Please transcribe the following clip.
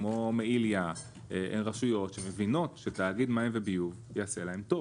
כמו מעיליא רשויות שמבינות שתאגיד מים וביוב יעשה להם טוב.